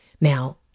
Now